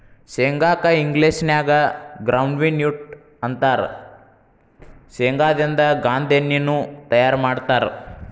ಶೇಂಗಾ ಕ್ಕ ಇಂಗ್ಲೇಷನ್ಯಾಗ ಗ್ರೌಂಡ್ವಿ ನ್ಯೂಟ್ಟ ಅಂತಾರ, ಶೇಂಗಾದಿಂದ ಗಾಂದೇಣ್ಣಿನು ತಯಾರ್ ಮಾಡ್ತಾರ